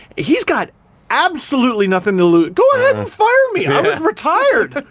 he's got absolutely nothing to lose. go ahead and fire me, i was retired.